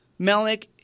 Melnick